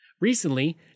Recently